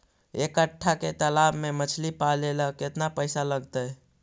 एक कट्ठा के तालाब में मछली पाले ल केतना पैसा लगतै?